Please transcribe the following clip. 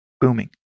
booming